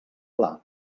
pla